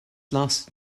lasted